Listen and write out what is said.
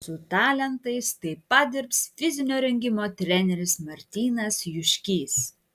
su talentais taip pat dirbs fizinio rengimo treneris martynas juškys